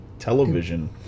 television